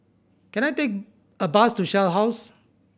can I take a bus to Shell House